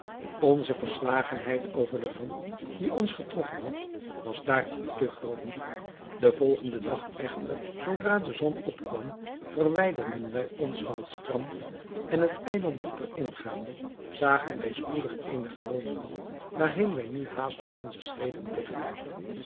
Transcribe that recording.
onze verslagenheid over de ramp die ons getroffen had was daartoe te groot den volgenden dag echter zoodra de zon opkwam verwijderden wij ons van het strand en het eiland dieper ingaande zagen wij spoedig eenige woningen waarheen wij nu haastig onze schreden rigtten